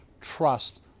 trust